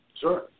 Sure